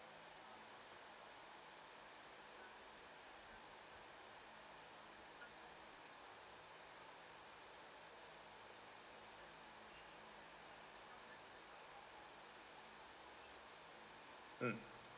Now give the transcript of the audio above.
mm